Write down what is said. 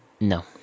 no